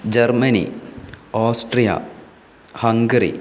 Germany Austria Hungary